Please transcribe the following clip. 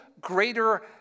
greater